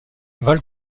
val